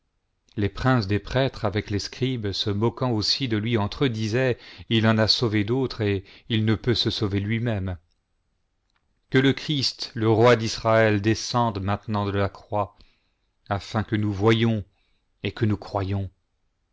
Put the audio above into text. les princes des prêtres avec le scribes se moquant aussi de lui entre eux disaient il en a sauvé d'autres et il ne peut se sauver lui-même que le christ le roi d'israël descende maintenant de la croix afin que nous voyions et que nous croyions